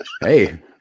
hey